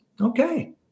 okay